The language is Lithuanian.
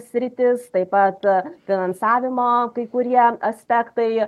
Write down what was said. sritis taip pat finansavimo kai kurie aspektai